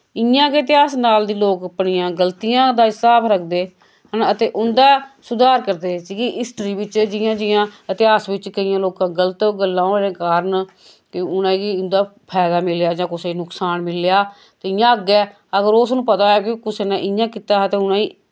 इ'यां गै इतिहास नाल दी लोक अपनियां गल्तियां दा हिसाब रक्खदे अन ते उंदा सुधार करदे कि हिस्ट्री बिच्च जि'यां जि'यां इतेहास विच केइयां लोकां गलत गल्लां होने कारण उनेंगी उंदा फैदा मिलेआ जां कुसे नुकसान मिलेआ ते इ'यां अग्गैं अगर उस नूं पता ऐ कि कुसे नै इ'यां कीता हा ते उनेई